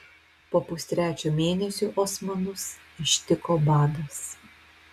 po pustrečio mėnesio osmanus ištiko badas